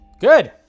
Good